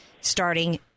starting